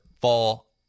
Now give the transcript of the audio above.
fall